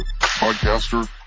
podcaster